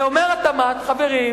ואומר משרד התמ"ת, חברים,